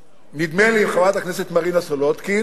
נדמה לי עם חברת הכנסת מרינה סולודקין,